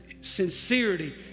sincerity